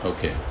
Okay